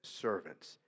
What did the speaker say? servants